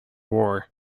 war